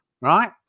Right